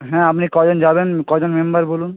হ্যাঁ আপনি কজন যাবেন কজন মেম্বার বলুন